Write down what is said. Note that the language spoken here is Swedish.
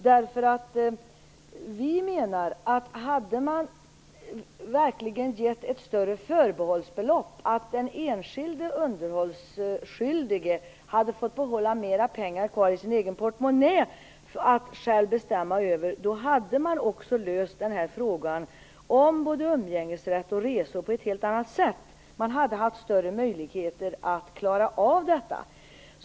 Vi menar nämligen att om man verkligen hade gett ett större förbehållsbelopp - att den enskilde underhållsskyldige hade fått behålla mer pengar kvar i sin egen portmonnä att själv bestämma över - då hade man också löst den här frågan om både umgängesrätt och resor på ett helt annat sätt. Man hade haft större möjligheter att klara av detta.